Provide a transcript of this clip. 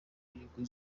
inyungu